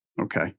okay